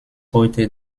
heute